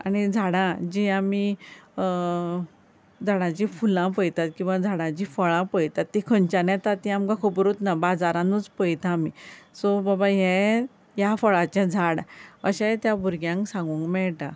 आनी झाडां जी आमी झाडांची फुलां पळयतात वा झाडांची फळां पळयतात ती खंयच्यान येतात ती आमकां खबरूच ना बाजारांनूच पळयतात आमी सो बाबा हें ह्या फळाचे झाड अशेंय त्या भुरग्यांक सागूंक मेळटा